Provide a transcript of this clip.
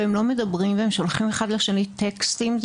לא מדברים ושולחים אחד לשני טקסטים?